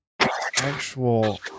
actual